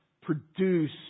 produce